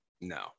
no